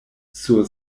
sur